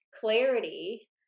clarity